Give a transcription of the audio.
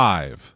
Five